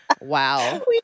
Wow